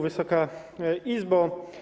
Wysoka Izbo!